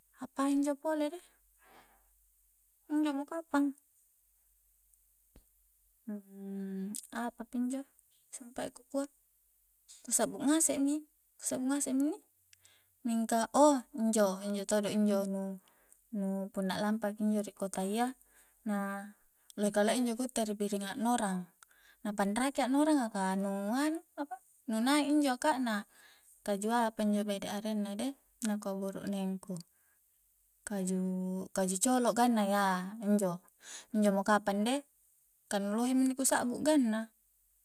Apainjo pole deh injo mo kapang apa pinjo sumpae ku kua ku sakbu ngasek mi- ku sakbu ngasek mi inni mingka ouh injo-injo todo injo nu punna lampa ki injo ri kotayya na lohe kalia injo ri biring aknorang na panraki a'noranga ka nu nganu apa nu nai injo aka'na kaju apa injo bede'arenna deh nakua burukneng ku kajuu colo' ganna yaa injo, injo mo kapang de ka nu lohe mi inni ku sakbu ganna